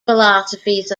philosophies